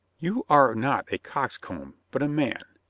you are not a coxcomb, but a man.